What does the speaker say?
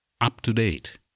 up-to-date